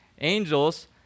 Angels